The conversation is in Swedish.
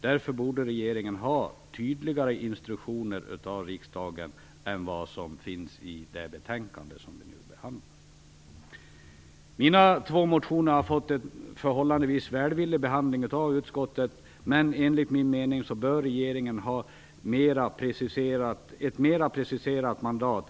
Därför borde regeringen ha tydligare instruktioner från riksdagen än de som finns i betänkandet. Mina två motioner har fått en förhållandevis välvillig behandling av utskottet. Enligt min mening bör dock regeringen ha ett mer preciserat mandat.